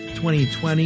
2020